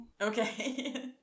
Okay